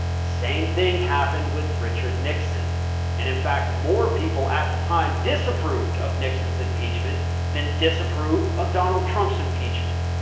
same thing happened with richard nixon and in fact more people at the time disapproved of nixon's impeachment than disapprove of donald trump's impeachment.